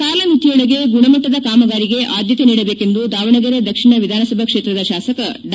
ಕಾಲಮಿತಿಯೊಳಗೆ ಗುಣಮಟ್ಟದ ಕಾಮಗಾರಿಗೆ ಆದ್ಯತೆ ನೀಡಬೇಕೆಂದು ದಾವಣಗೆರೆ ದಕ್ಷಿಣ ವಿಧಾನಸಭಾ ಕ್ಷೇತ್ರದ ಶಾಸಕ ಡಾ